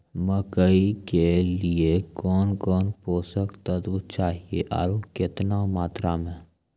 मकई के लिए कौन कौन पोसक तत्व चाहिए आरु केतना मात्रा मे?